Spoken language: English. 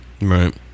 Right